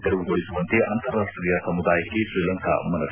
ತೆರವುಗೊಳಿಸುವಂತೆ ಅಂತರಾಷ್ಟೀಯ ಸಮುದಾಯಕ್ಕೆ ಶ್ರೀಲಂಕಾ ಮನವಿ